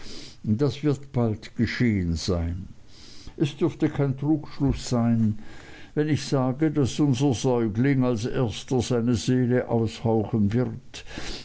das wird bald geschehen sein es dürfte kein trugschluß sein wenn ich sage daß unser säugling als erster seine seele aushauchen wird